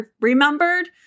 remembered